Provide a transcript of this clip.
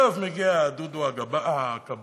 בסוף מגיע דודו הכבאי,